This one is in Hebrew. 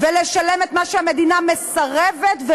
ולשלם את מה שהמדינה מסרבת לשלם,